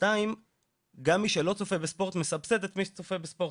שתיים גם מי שלא צופה בספורט מסבסד את מי שצופה בספורט.